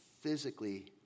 physically